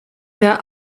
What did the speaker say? der